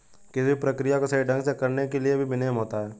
किसी भी प्रक्रिया को सही ढंग से करने के लिए भी विनियमन होता है